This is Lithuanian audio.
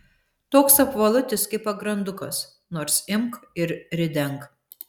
toks apvalutis kaip pagrandukas nors imk ir ridenk